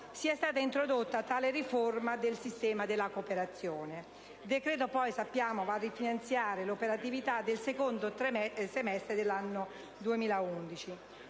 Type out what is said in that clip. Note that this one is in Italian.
sia stata introdotta tale riforma del sistema della cooperazione (il decreto, come sappiamo, va a rifinanziare l'operatività del secondo semestre dell'anno 2011).